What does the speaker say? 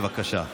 בבקשה,